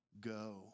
go